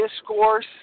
discourse